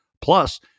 plus